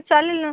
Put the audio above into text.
चालेल ना